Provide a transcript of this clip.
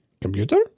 Computer